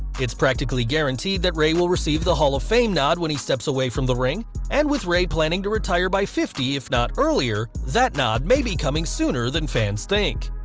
it's practically guaranteed that rey will receive the hall of fame nod when he steps away from the ring, and with rey planning to retire by fifty if not earlier, that nod may be coming sooner than fans think.